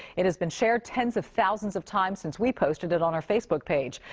it has been shared tens of thousands of times since we posted it on our facebook page.